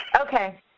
Okay